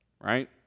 Right